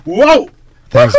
Whoa